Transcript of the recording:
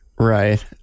Right